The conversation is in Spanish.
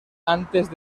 antes